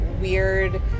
weird